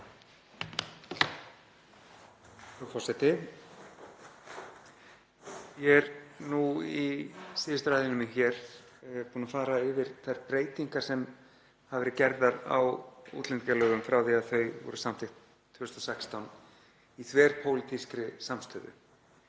Frú forseti. Ég er nú í síðustu ræðunni hér, búinn að fara yfir þær breytingar sem hafa verið gerðar á útlendingalögum frá því að þau voru samþykkt 2016 í þverpólitískri samstöðu.